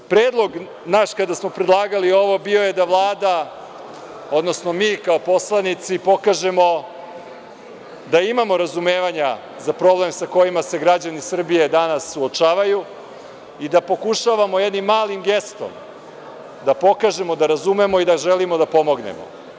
Naš predlog, kada smo predlagali ovo, bio je da Vlada, odnosno mi kao poslanici pokažemo da imamo razumevanja za problem sa kojim se građani Srbije danas suočavaju i da pokušamo jednim malim gestom da pokažemo da razumemo i da želimo da pomognemo.